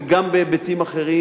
וגם בהיבטים אחרים,